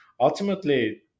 ultimately